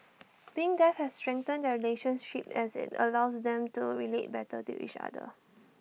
being deaf has strengthened their relationship as IT allowed them to relate better to each other